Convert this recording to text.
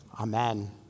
Amen